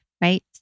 right